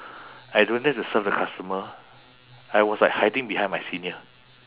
I don't dare to serve the customer I was like hiding behind my senior